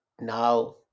now